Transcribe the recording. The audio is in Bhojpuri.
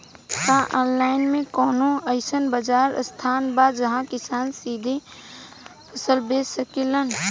का आनलाइन मे कौनो अइसन बाजार स्थान बा जहाँ किसान सीधा फसल बेच सकेलन?